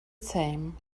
same